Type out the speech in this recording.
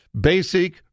basic